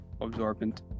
absorbent